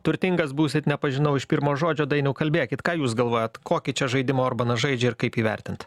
turtingas būsit nepažinau iš pirmo žodžio dainiau kalbėkit ką jūs galvojat kokį čia žaidimą orbanas žaidžia ir kaip jį vertint